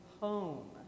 home